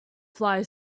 fly